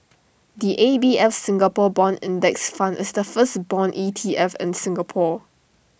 the A B F Singapore Bond index fund is the first Bond E T F in Singapore